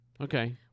Okay